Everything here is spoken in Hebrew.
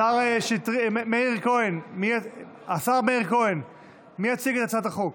השר מאיר כהן, מי יציג את הצעת החוק